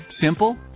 Simple